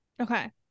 Okay